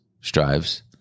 Strives